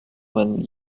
when